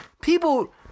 People